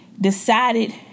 decided